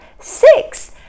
six